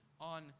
on